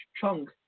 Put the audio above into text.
chunk